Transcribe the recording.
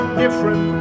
different